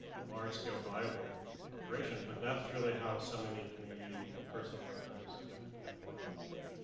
a large scale viable operation, but that's really how so many community and personal archives have been kept going, right.